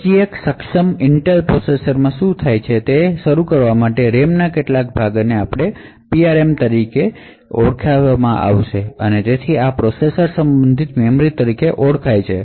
SGX સક્ષમ પ્રોસેસરમાં શું થાય છે તે શરૂ કરવા માટે રેમના કેટલાક ભાગને PRM તરીકે ચિહ્નિત થયેલ છે આ પ્રોસેસર સંબંધિત મેમરી તરીકે ઓળખાય છે